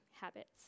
habits